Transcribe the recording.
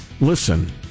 Listen